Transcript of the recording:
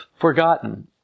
forgotten